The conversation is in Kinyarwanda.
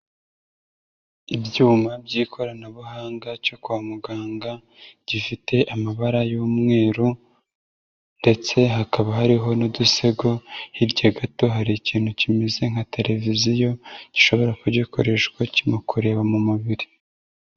Ibyuma by'ikoranabuhanga cyo kwa muganga gifite amabara y'umweru ndetse hakaba hariho n'udusego, hirya gato hari ikintu kimeze nka televiziyo gishobora kuba gikoreshwa kirimo kureba mu mubiri.